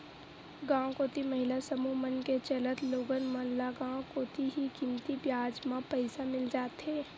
गांव कोती महिला समूह मन के चलत लोगन मन ल गांव कोती ही कमती बियाज म पइसा मिल जाथे